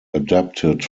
adapted